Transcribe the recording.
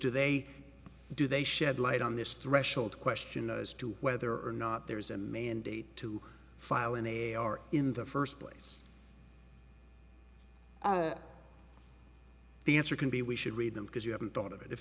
to they do they shed light on this threshold question as to whether or not there's a mandate to file and they are in the first place the answer can be we should read them because you haven't thought of it if